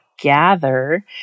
gather